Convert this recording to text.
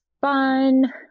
fun